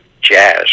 jazz